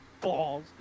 Balls